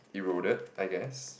eroded I guess